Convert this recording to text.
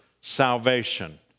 salvation